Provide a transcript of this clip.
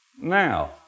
now